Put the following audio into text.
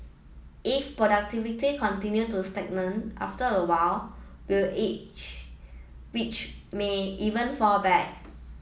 if productivity continue to stagnate after a while will age which may even fall back